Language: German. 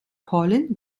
polen